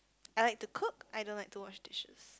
I like to cook I don't like to wash dishes